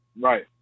Right